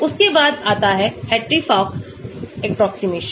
उसके बाद आता है हार्ट्री फॉक एप्रोक्सीमेशन